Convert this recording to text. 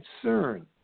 concern